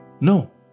No